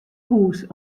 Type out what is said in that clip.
hûs